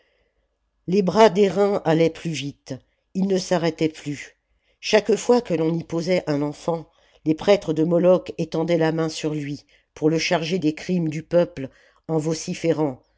les bras d'airain allaient plus vite ils ne s'arrêtaient plus chaque fois que l'on y posait un enfant les prêtres de moloch étendaient la main sur lui pour le charger des crimes du peuple en vociférant